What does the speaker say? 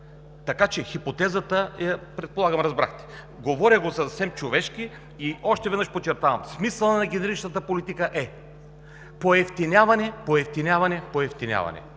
Така че хипотезата предполагам, че я разбрахте. Говоря го съвсем човешки. Още веднъж подчертавам – смисълът на генеричната политика е поевтиняване, поевтиняване, поевтиняване